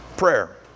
prayer